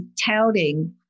touting